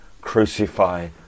Crucify